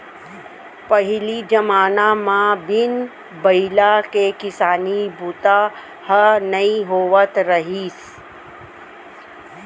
पहिली जमाना म बिन बइला के किसानी बूता ह नइ होवत रहिस